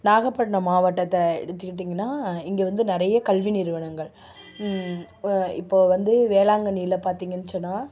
நாகப்பட்டினம் மாவட்டத்தை எடுத்துக்கிட்டீங்கன்னா இங்கே வந்து நிறைய கல்வி நிறுவனங்கள் இப்போ வந்து வேளாங்கண்ணியில் பார்த்தீங்கன்னு சொன்னால்